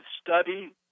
study